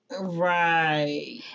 Right